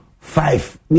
Five